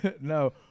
no